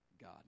God